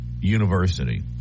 university